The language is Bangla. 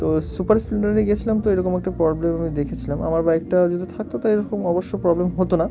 তো সুপার স্প্লেন্ডারে গিয়েছিলাম তো এরকম একটা প্রবলেম আমি দেখেছিলাম আমার বাইকটা যদি থাকতো তা এরকম অবশ্য প্রবলেম হতো না